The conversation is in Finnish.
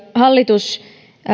hallitus